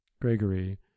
gregory